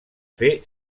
fer